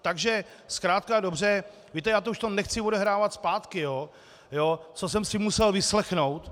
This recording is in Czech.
Takže zkrátka a dobře, víte, já to už nechci odehrávat zpátky, co jsem si musel vyslechnout.